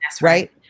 right